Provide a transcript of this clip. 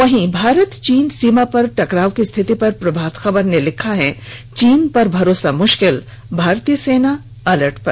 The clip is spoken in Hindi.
वहीं भारत चीन सीमा पर टेकराव की स्थिति पर प्रभात खबर ने लिखा है चीन पर भरोसा मुष्किल भारतीय सेना अलर्ट पर